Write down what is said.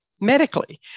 medically